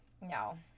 no